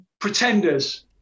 pretenders